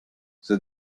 this